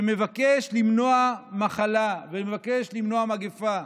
שמבקש למנוע מחלה ומבקש למנוע מגפה.